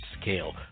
scale